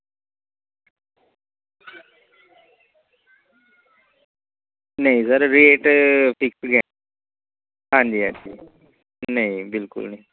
नेईं sir rate fix गै न हां जी हां जी नेईं बिल्कुल नेईं